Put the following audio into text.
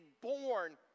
born